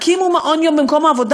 הקימו מעון-יום במקום העבודה.